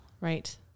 Right